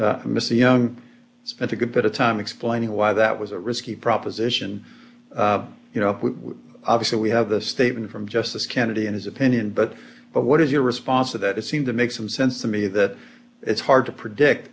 mrs young spent a good bit of time explaining why that was a risky proposition you know obviously we have the statement from justice kennedy in his opinion but what is your response to that it seems to make some sense to me that it's hard to predict